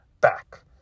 back